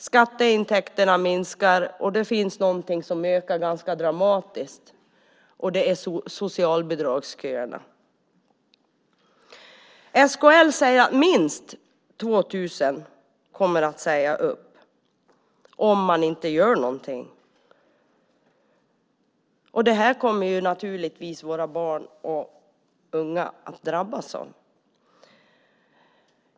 Skatteintäkterna minskar, men det finns något som ökar ganska dramatiskt, nämligen socialbidragsköerna. SKL säger att minst 2 000 kommer att sägas upp om man inte gör något. Det kommer naturligtvis våra barn och unga att drabbas av.